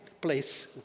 place